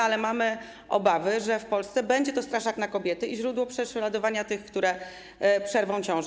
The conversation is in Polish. Ale mamy obawy, że w Polsce będzie to straszak na kobiety i źródło prześladowania tych, które przerwą ciążę.